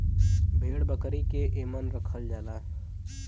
भेड़ बकरी के एमन रखल जाला